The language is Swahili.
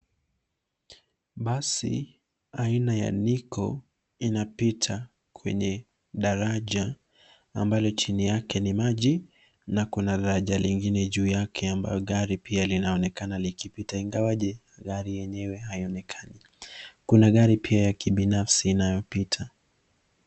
Basi aina ya Nico inapita kwenye daraja ambalo chini yake ni maji na kuna daraja lengine juu yake ambayo gari pia linaonekana likipita ingawaje gari yenyewe haionekani. Kuna gari pia ya kibinafsi inayopita.